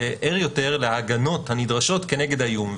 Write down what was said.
ער יותר להגנות הנדרשות כנגד האיום.